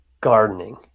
gardening